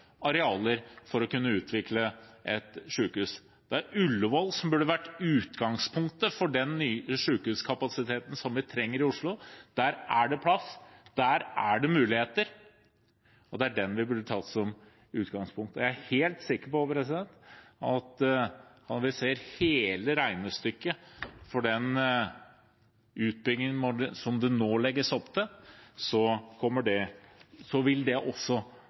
for å kunne utvikle et sykehus. Det er Ullevål som burde vært utgangspunktet for den sykehuskapasiteten vi trenger i Oslo. Der er det plass, der er det muligheter, og det er det vi burde hatt som utgangspunkt. Jeg er helt sikker på at når vi ser hele regnestykket for den utbyggingen det nå legges opp til, ville det også blitt rimeligere. Så viser statsråden til at Venstre også